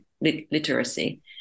literacy